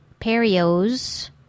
Perio's